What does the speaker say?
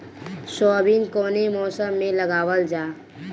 Soybean कौने मौसम में लगावल जा?